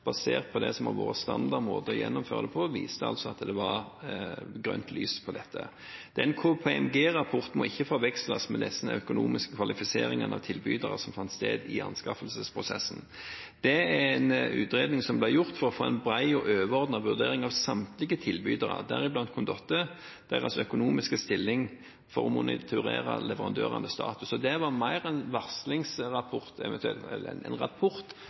basert på det som har vært standard måte å gjennomføre det på, viste at det var grønt lys på dette. KPMG-rapporten må ikke forveksles med den økonomiske kvalifiseringen av tilbyderne som fant sted i anskaffelsesprosessen. Det er en utredning som ble gjort for å få en bred og overordnet vurdering av samtlige tilbydere – deriblant Condotte – og deres økonomiske stilling, for å monitorere leverandørenes status. Det var mer